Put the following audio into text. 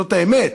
זאת האמת.